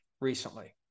recently